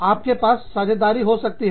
आपके पास साझेदारी हो सकती है